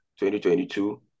2022